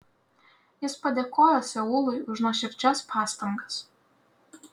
jis padėkojo seului už nuoširdžias pastangas